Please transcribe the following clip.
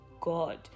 God